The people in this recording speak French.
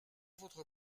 votre